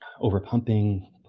over-pumping